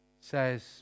says